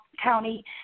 County